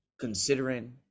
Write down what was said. considering